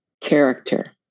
character